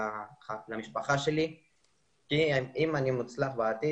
למשפחה שלי כי אם אני אצליח בעתיד,